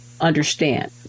understand